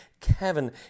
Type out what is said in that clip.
Kevin